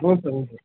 ಹ್ಞೂ ಸರ್ ಹ್ಞೂ ಸರ್